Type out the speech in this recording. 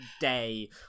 day